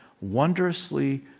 wondrously